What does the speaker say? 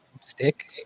Stick